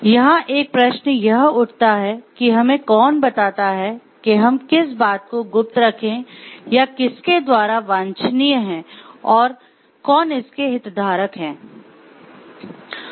यहाँ एक प्रश्न यह उठ सकता है कि हमें कौन बताता है कि हम किस बात को गुप्त रखें यह किसके द्वारा वांछनीय है और कौन किसके हितधारक हैं